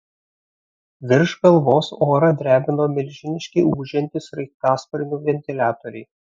virš galvos orą drebino milžiniški ūžiantys sraigtasparnių ventiliatoriai